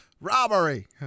robbery